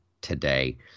today